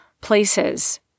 places